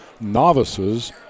novices